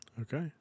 Okay